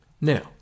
Now